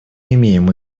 имеем